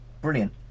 brilliant